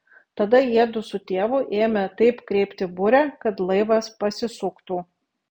tada jiedu su tėvu ėmė taip kreipti burę kad laivas pasisuktų